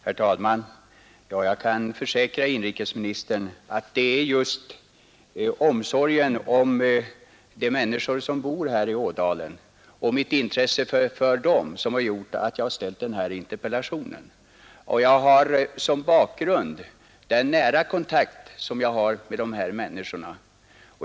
Herr talman! Jag kan försäkra inrikesministern att det är just omsorgen om de människor som bor här i ådalen som har gjort att jag har framställt den här interpellationen. Som bakgrund har jag min nära kontakt med dessa människor.